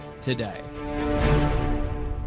today